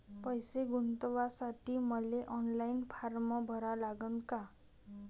पैसे गुंतवासाठी मले ऑनलाईन फारम भरा लागन का?